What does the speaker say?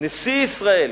נשיא ישראל,